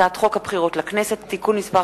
הצעת חוק הבחירות לכנסת (תיקון מס'